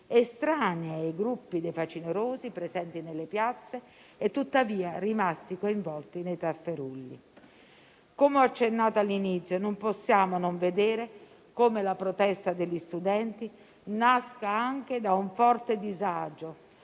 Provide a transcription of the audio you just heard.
estranei ai gruppi dei facinorosi presenti nelle piazze e, tuttavia, rimasti coinvolti nei tafferugli. Come ho accennato all'inizio, non possiamo non vedere come la protesta degli studenti nasca anche da un forte disagio